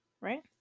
right